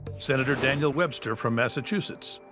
senator daniel webster from massachusetts,